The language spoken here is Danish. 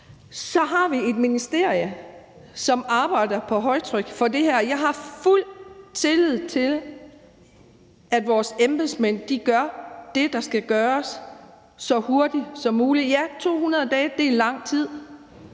Vi har et ministerie, som arbejder på højtryk for det her. Jeg har fuld tillid til, at vores embedsmænd gør det, der skal gøres, så hurtigt som muligt. Ja, 200 dage er lang tid,